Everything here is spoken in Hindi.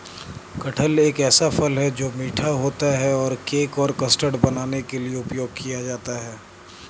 कटहल एक ऐसा फल है, जो मीठा होता है और केक और कस्टर्ड बनाने के लिए उपयोग किया जाता है